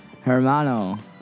Hermano